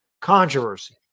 controversy